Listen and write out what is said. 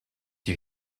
you